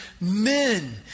men